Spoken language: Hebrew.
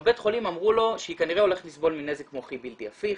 בבית החולים אמרו לו שהיא כנראה הולכת לסבול מנזק מוחי בלתי הפיך,